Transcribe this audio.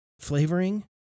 flavoring